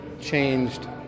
changed